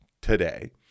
today